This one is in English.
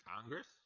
Congress